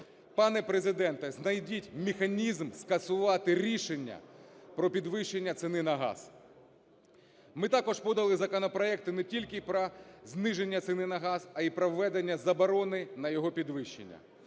Пане Президенте, знайдіть механізм скасувати рішення про підвищення ціни на газ. Ми також подали законопроекти не тільки про зниження ціни на газ, а й про введення заборони на його підвищення.